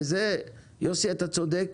וזה יוסי אתה צודק,